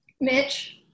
Mitch